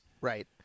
Right